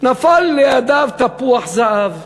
נפל לידיו תפוח זהב,